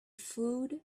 food